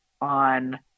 on